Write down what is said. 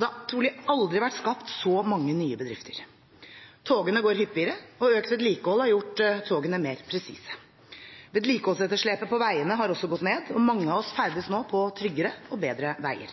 det har trolig aldri vært skapt så mange nye bedrifter. Togene går hyppigere, og økt vedlikehold har gjort togene mer presise. Vedlikeholdsetterslepet på veiene har også gått ned, og mange av oss ferdes nå på tryggere og bedre veier.